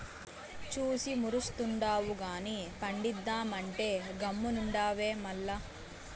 చూసి మురుస్తుండావు గానీ పండిద్దామంటే గమ్మునుండావే మల్ల